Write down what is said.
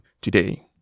today